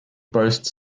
boasts